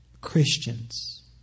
Christians